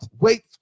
Wait